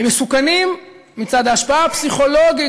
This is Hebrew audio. הם מסוכנים מצד ההשפעה הפסיכולוגית